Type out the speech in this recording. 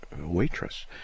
waitress